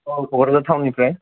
औ क'कराझार टाउननिफ्राय